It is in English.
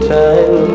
time